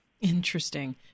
Interesting